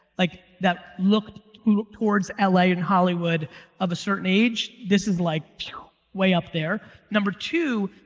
like that look look towards ah la yeah and hollywood of a certain age. this is like way up there number two,